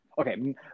Okay